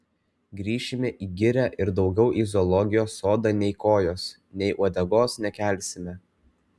grįšime į girią ir daugiau į zoologijos sodą nei kojos nei uodegos nekelsime